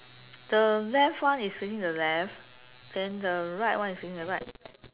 the left one is facing the left then the right one is facing the right